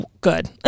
good